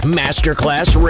masterclass